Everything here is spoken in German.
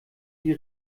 die